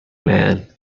man